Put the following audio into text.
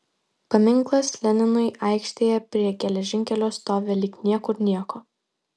paminklas leninui aikštėje prie geležinkelio stovi lyg niekur nieko